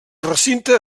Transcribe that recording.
recinte